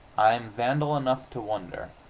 i am vandal enough to wonder,